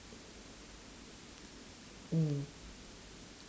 mm